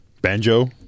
Banjo